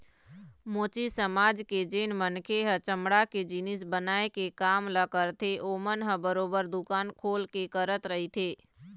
मोची समाज के जेन मनखे ह चमड़ा के जिनिस बनाए के काम ल करथे ओमन ह बरोबर दुकान खोल के करत रहिथे